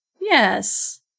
Yes